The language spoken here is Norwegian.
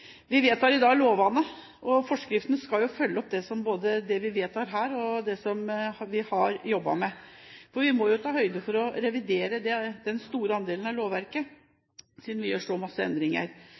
Vi vedtar i dag lovene, og forskriftene skal følge opp både det vi vedtar her, og det vi har jobbet med. Vi må jo ta høyde for å revidere en stor andel av lovverket når vi gjør så mange endringer.